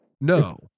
No